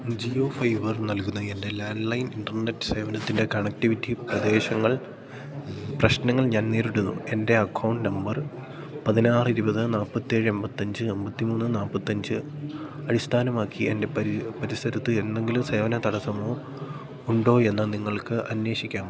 Jio Fiber നൽകുന്ന എൻ്റെ landline internet സേവനത്തിൻ്റെ കണക്റ്റിവിറ്റി നിർദ്ദേശങ്ങൾ പ്രശ്നങ്ങൾ ഞാൻ നേരിടുന്നു എൻ്റെ അക്കൗണ്ട് നമ്പർ പതിനാറ് ഇരുപത് നാൽപ്പത്തേഴ് എമ്പത്തഞ്ച് അമ്പത്തിമൂന്ന് നാൽപ്പത്തഞ്ച് അടിസ്ഥാനമാക്കി എൻ്റെ പരിസരത്ത് എന്തെങ്കിലും സേവന തടസ്സമോ ഉണ്ടോ എന്ന് നിങ്ങൾക്ക് അന്വേഷിക്കാമോ